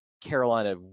Carolina